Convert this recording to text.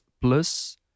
Plus